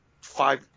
five